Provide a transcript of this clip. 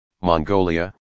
Mongolia